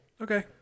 okay